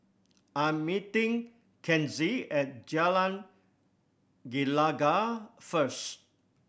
I'm meeting Kenzie at Jalan Gelegar first